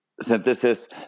Synthesis